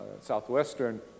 Southwestern